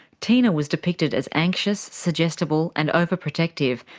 tina was depicted as anxious, suggestible and over-protective,